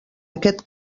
aquest